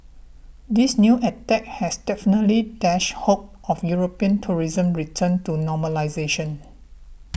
this new attack has definitely dashed hopes of European tourism's return to normalisation